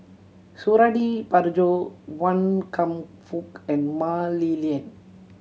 Suradi Parjo Wan Kam Fook and Mah Li Lian